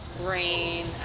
rain